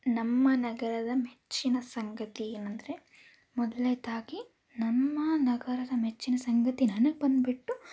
ನಮ್ಮ ನಗರದ ಮೆಚ್ಚಿನ ಸಂಗತಿ ಏನಂದರೆ ಮೊದಲ್ನೆದಾಗಿ ನಮ್ಮ ನಗರದ ಮೆಚ್ಚಿನ ಸಂಗತಿ ನನಗೆ ಬಂದುಬಿಟ್ಟು